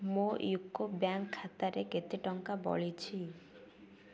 ମୋ ୟୁକୋ ବ୍ୟାଙ୍କ ଖାତାରେ କେତେ ଟଙ୍କା ବଳିଛି